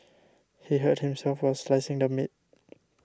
he hurt himself while slicing the meat